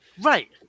Right